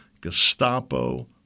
Gestapo